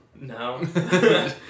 No